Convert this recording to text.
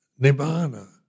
Nibbana